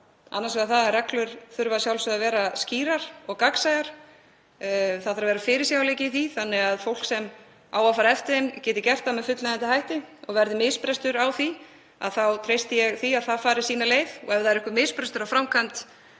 svar er að reglur þurfa að sjálfsögðu að vera skýrar og gagnsæjar. Það þarf að vera fyrirsjáanleiki í þeim þannig að fólk sem á að fara eftir þeim geti gert það með fullnægjandi hætti. Verði misbrestur á því treysti ég því að það fari sína leið. Og ef það er einhver misbrestur á framkvæmd